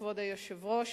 כבוד היושב-ראש,